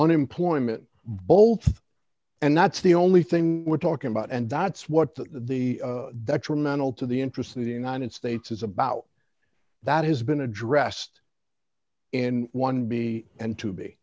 unemployment bold and that's the only thing we're talking about and that's what the that truman old to the interests of the united states is about that has been addressed in one b and to be